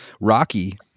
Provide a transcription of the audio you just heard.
Rocky